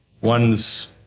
one's